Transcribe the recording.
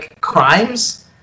crimes